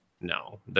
no